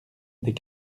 des